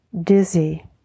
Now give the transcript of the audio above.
dizzy